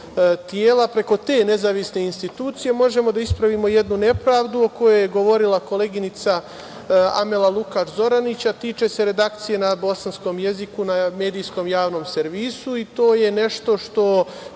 preko te nezavisne institucije možemo da ispravimo jednu nepravdu o kojoj je govorila koleginica Amela Lukač Zoranić, a tiče se redakcije na bosanskom jeziku na medijskom javnom servisu, i to je nešto,